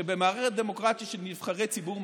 שבמערכת דמוקרטית של נבחרי ציבור,